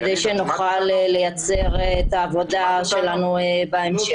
כדי שנוכל לייצר את העבודה שלנו בהמשך.